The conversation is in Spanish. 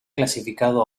clasificado